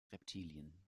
reptilien